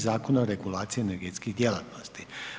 Zakona o regulaciji energetskih djelatnosti.